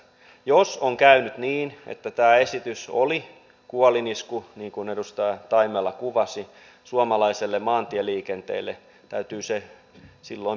jos on käynyt niin että tämä esitys oli kuolinisku niin kuin edustaja taimela kuvasi suomalaiselle maantieliikenteelle täytyy se silloin perua